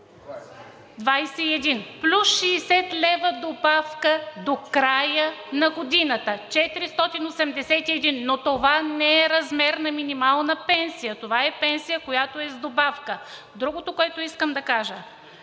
лв. плюс 60 лв. добавка до края на годината – 481 лв. Но това не е размер на минимална пенсия. Това е пенсия, която е с добавка. Другото, което искам да кажа.